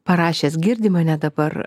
parašęs girdi mane dabar